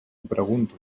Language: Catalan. pregunto